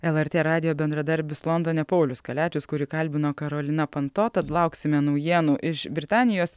lrt radijo bendradarbis londone paulius kaliačius kurį kalbino karolina panto tad lauksime naujienų iš britanijos